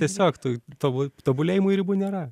tiesiog to tob tobulėjimui ribų nėra